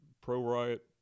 pro-riot